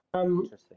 Interesting